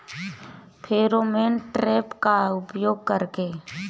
Pheromone trap का उपयोग कर के?